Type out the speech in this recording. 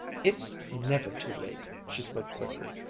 it's never too late. she spoke quickly,